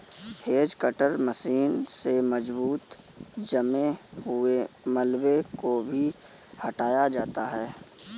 hedge cutter machine से मजबूत जमे हुए मलबे को भी हटाया जाता है